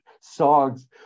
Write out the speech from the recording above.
songs